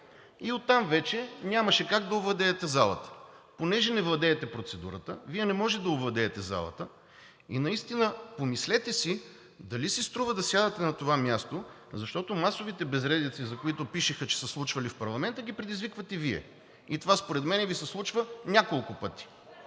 и оттам вече нямаше как да овладеете залата. Понеже не владеете процедурата, Вие не можете да овладеете залата и наистина помислете си дали си струва да сядате на това място, защото масовите безредици, за които пишеха, че се случвали в парламента, ги предизвиквате Вие. И това според мен Ви се случва няколко пъти.